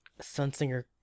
Sunsinger